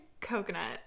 coconut